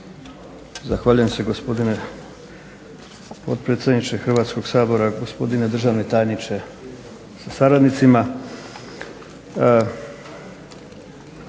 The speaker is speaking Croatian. Zahvaljujem se, gospodine potpredsjedniče Hrvatskoga sabora. Gospodine državni tajniče sa saradnicima.